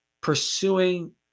pursuing